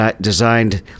designed